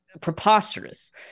preposterous